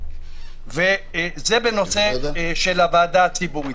זה בנושא של הוועדה ציבורית.